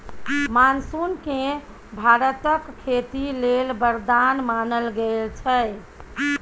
monsoon केँ भारतक खेती लेल बरदान मानल गेल छै